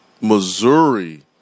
Missouri